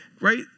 right